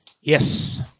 Yes